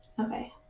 Okay